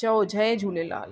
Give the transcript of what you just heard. चओ जय झूलेलाल